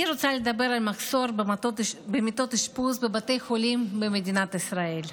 אני רוצה לדבר על המחסור במיטות אשפוז בבתי חולים במדינת ישראל,